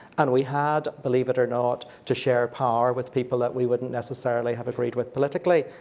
and we had, believe it or not, to share power with people that we wouldn't necessarily have agreed with, politically,